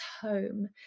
home